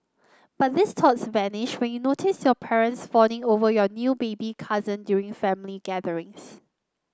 but these vanished when notice your parents fawning over your new baby cousin during family gatherings